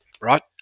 right